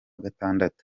gatandatu